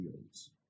fields